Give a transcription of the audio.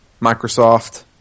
Microsoft